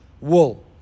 wool